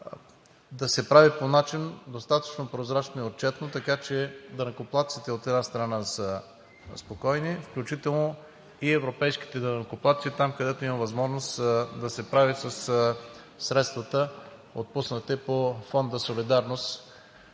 да се прави достатъчно прозрачно и отчетно, така че данъкоплатците, от една страна, да са спокойни, включително и европейските данъкоплатци – там, където има възможност да се прави със средствата, отпуснати по Фонда „Солидарност“